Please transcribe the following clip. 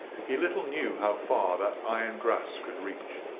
he little knew how far that iron grasp could reach,